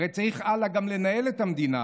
הרי צריך הלאה גם לנהל את המדינה.